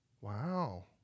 Wow